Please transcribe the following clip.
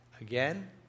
Again